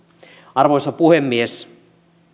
arvoisa puhemies